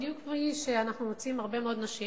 בדיוק כפי שאנחנו מוצאים הרבה מאוד נשים